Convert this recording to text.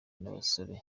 n’abasore